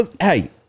hey